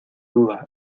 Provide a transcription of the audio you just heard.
duda